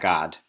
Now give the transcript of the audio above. God